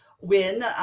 win